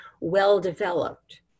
well-developed